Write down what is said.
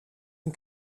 een